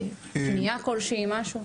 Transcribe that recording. פנייה כלשהי משהו?